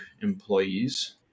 employees